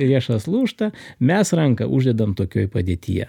riešas lūžta mes ranką uždedam tokioj padėtyje